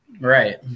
right